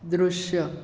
दृश्य